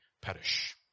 perish